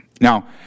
Now